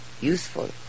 useful